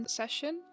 session